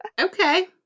Okay